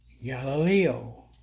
Galileo